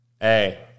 Hey